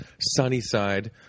Sunnyside